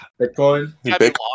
Bitcoin